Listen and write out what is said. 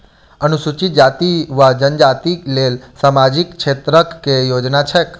अनुसूचित जाति वा जनजाति लेल सामाजिक क्षेत्रक केँ योजना छैक?